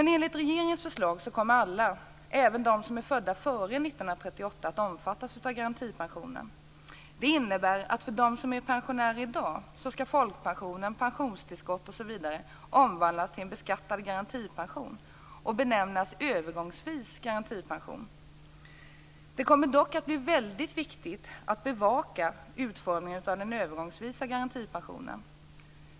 Enligt regeringens förslag kommer alla, även de som är födda före 1938, att omfattas av garantipensionen. För dem som är pensionärer i dag innebär det att folkpension, pensionstillskott osv. skall omvandlas till en beskattad garantipension och övergångsvis benämnas garantipension. Det kommer dock att bli väldigt viktigt att bevaka utformningen av den övergångsvisa garantipensionen.